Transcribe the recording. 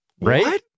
right